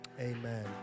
amen